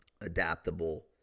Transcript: adaptable